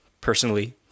personally